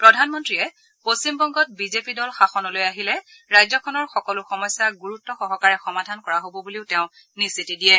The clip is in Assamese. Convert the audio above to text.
প্ৰধানমন্ত্ৰীয়ে পশ্চিমবংগত বিজেপি দল শাসনলৈ আহিলে ৰাজ্যখনৰ সকলো সমস্যা গুৰুত্ব সহকাৰে সমাধান কৰা হ'ব বুলিও তেওঁ নিশ্চিতি দিয়ে